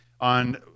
on